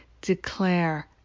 declare